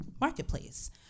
marketplace